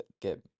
get